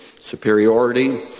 superiority